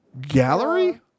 gallery